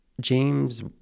James